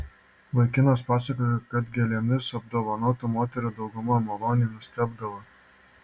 vaikinas pasakojo kad gėlėmis apdovanotų moterų dauguma maloniai nustebdavo